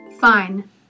Fine